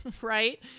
Right